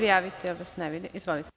Izvolite.